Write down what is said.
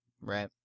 Right